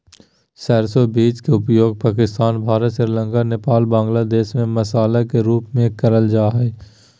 सरसो बीज के उपयोग पाकिस्तान, भारत, श्रीलंका, नेपाल, बांग्लादेश में मसाला के रूप में करल जा हई